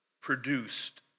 produced